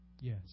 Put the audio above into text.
yes